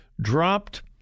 dropped